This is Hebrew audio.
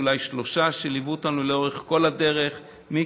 אולי שלושה שליוו אותנו לאורך כל הדרך: מיקי,